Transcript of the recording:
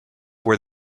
were